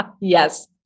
Yes